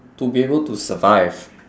to be able to survive